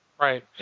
Right